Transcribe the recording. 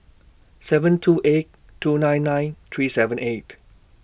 seven two eight two nine nine three seven eight